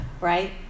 right